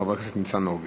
חבר הכנסת ניצן הורוביץ.